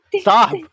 Stop